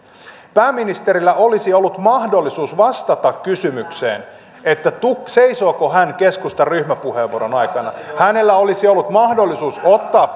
pääministerillä olisi ollut mahdollisuus vastata kysymykseen seisooko hän keskustan ryhmäpuheenvuoron takana hänellä olisi ollut mahdollisuus ottaa